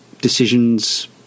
decisions